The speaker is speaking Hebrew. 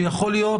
שיכול להיות,